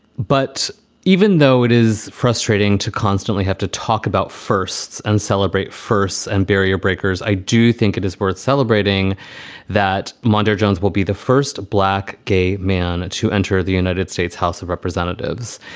but even though it is frustrating to constantly have to talk about firsts and celebrate firsts and barrier breakers, i do think it is worth celebrating that monday jones will be the first black gay man to enter the united states house of representatives.